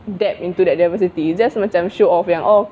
depth into that diversity just macam show off yang oh